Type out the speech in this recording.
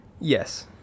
Yes